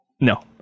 no